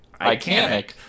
iconic